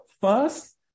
first